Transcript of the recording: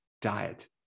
diet